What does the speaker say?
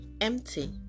empty